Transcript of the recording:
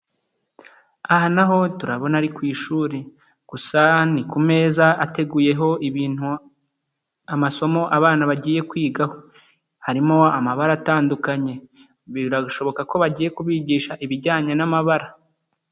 Aha na ho turabona ari ku ishuri gusa ni ku meza ateguyeho ibintu amasomo abana bagiye kwigaho, harimo amabara atandukanye, birashoboka ko bagiye kubigisha ibijyanye n'amabara.